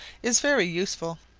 is very useful.